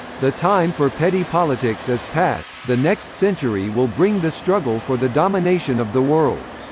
the time for petty politics is past the next century will bring the struggle for the domination of the world.